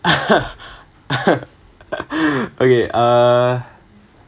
okay err